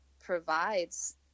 provides